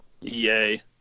yay